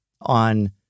on